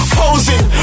posing